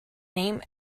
name